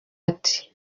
ati